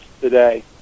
today